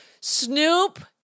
Snoop